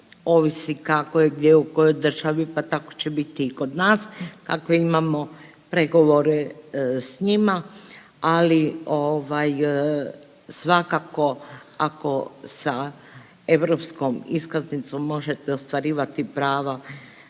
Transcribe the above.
ovisi kako je gdje u kojoj državi pa tako će biti i kod nas tako imamo pregovore s njima, ali svakako ako sa europskom iskaznicom možete ostvarivati prava